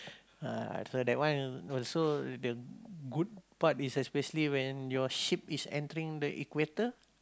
ah so that one so the good part is especially when your ship is entering the equator